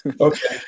Okay